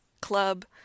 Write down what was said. Club